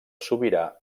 sobirà